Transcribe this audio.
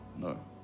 No